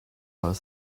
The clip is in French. pas